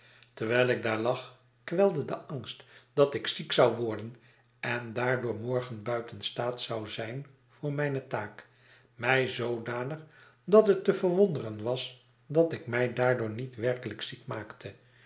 terwijl ik daar lag kwelde de angst dat ik ziek zou worden en daardoor morgen buiten staat zou zijn voor mijne taak mij zoodanig dat het te verwonderen was dat ik mij daardoor niet werkelijk ziek maakte